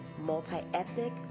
multi-ethnic